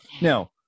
Now